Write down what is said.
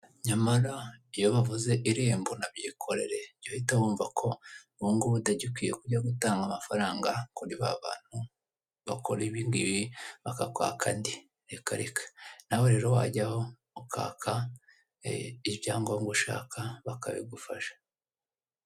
Nyamara iyo bavuze irembo na byikorere jya uhita wumva ko ubungubu utagikwiye kujya gutanga amafaranga kuri babantu bakora ibingibi bakakwaka andi reka reka, nawe rero wajyaho ukaka ibyangombwa ushaka bakabigufasha.